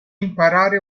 imparare